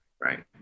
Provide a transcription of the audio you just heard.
Right